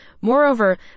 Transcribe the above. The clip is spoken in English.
Moreover